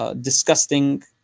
disgusting